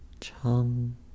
chum